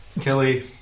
Kelly